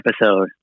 episode